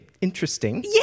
Interesting